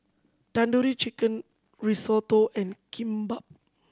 Tandoori Chicken Risotto and Kimbap